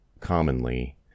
Commonly